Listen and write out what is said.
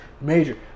major